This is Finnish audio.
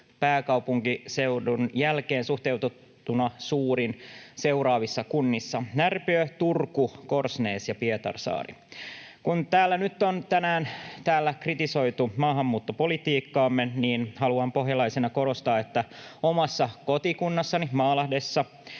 pääkaupunkiseudun jälkeen suhteutettuna suurin seuraavissa kunnissa: Närpiö, Turku, Korsnäs ja Pietarsaari. Kun täällä nyt on tänään kritisoitu maahanmuuttopolitiikkamme, niin haluan pohjalaisena korostaa, että omassa kotikunnassani Maalahdessa